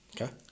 Okay